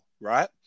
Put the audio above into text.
right